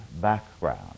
background